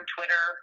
Twitter